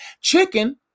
Chicken